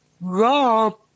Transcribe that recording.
Rob